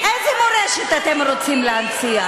איזה מורשת אתם רוצים להנציח?